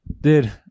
dude